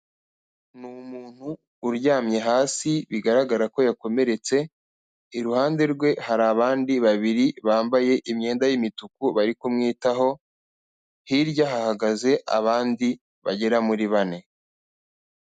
Ni umuntu uryamye hasi bigaragara ko yakomeretse, iruhande rwe hari abandi babiri bambaye imyenda y'imituku bari kumwitaho, hirya hahagaze abandi bagera muri bane.